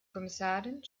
kommissarin